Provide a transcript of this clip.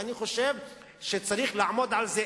ואני חושב שצריך לעמוד על זה,